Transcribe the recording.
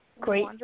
Great